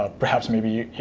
ah perhaps maybe